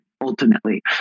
ultimately